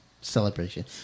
Celebration